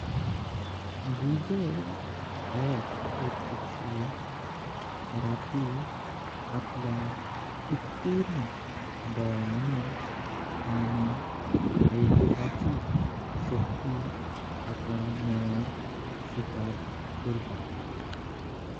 घुभाड हो पक्षी राती आपल्या उत्तीर्ण डोळ्यांनी आणि ऐकपाची शक्ती हाका मिळूनम शिकर करता।